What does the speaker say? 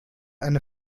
eine